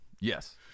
Yes